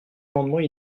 amendements